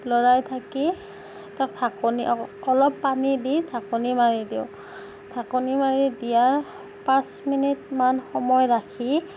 লৰাই থাকি এটা ঢাকনি অলপ পানী দি ঢাকনি মাৰি দিওঁ ঢাকনি মাৰি দিয়াৰ পাঁচ মিনিটমান সময় ৰাখি